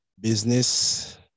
Business